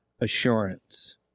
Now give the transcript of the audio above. assurance